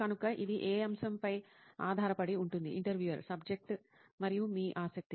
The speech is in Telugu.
కనుక ఇది ఏ అంశంపై ఆధారపడి ఉంటుంది ఇంటర్వ్యూయర్ సబ్జెక్టు మరియు మీ ఆసక్తి